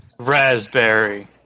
Raspberry